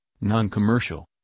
non-commercial